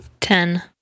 Ten